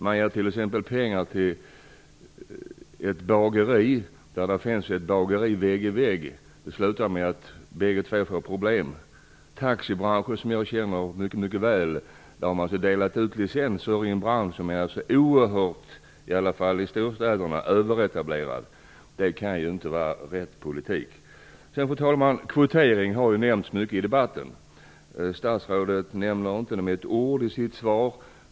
Man ger t.ex. pengar till ett bageri för att starta vägg i vägg med ett annat bageri. Det slutar med att bägge två får problem. I taxibranschen, som jag känner mycket väl, har man delat ut licenser samtidigt som denna bransch är oerhört överetablerad, i alla fall i storstäderna. Det kan inte vara rätt politik. Fru talman! Kvotering har ju nämnts mycket i debatten tidigare. Statsrådet nämner det inte med ett ord i sitt svar.